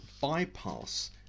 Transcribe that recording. bypass